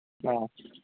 ꯑꯥ